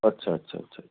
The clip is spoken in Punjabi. ਅੱਛਾ ਅੱਛਾ ਅੱਛਾ